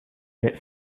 bit